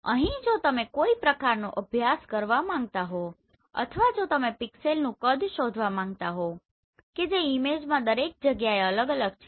તેથી અહીં જો તમે કોઈ પ્રકારનો અભ્યાસ કરવા માંગતા હો અથવા જો તમે પિક્સેલનું કદ શોધવા માંગતા હોવ કે જે ઈમેજમાં દરેક જગ્યા એ અલગ અલગ છે